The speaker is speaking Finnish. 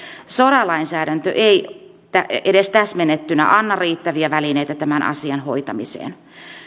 sora lainsäädäntö ei edes täsmennettynä anna riittäviä välineitä tämän asian hoitamiseen